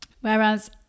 Whereas